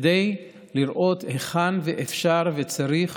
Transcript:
כדי לראות היכן אפשר וצריך